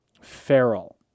Feral